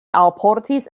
alportis